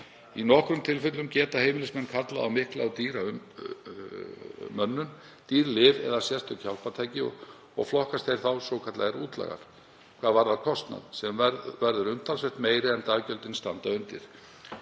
Í nokkrum tilfellum geta heimilismenn kallað á mikla og dýra mönnun, dýr lyf eða sérstök hjálpartæki, og flokkast þeir þá sem svokallaðir útlagar hvað varðar kostnað, sem verður umtalsvert meiri en daggjöldin standa undir.